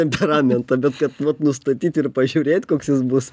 temperamentą bet kad vat nustatyt ir pažiūrėt koks jis bus